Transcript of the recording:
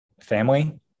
family